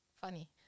funny